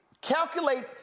calculate